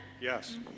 Yes